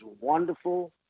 wonderful